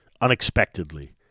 unexpectedly